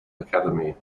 academy